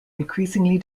increasingly